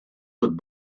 good